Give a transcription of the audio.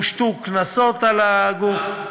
הושתו קנסות על הגוף.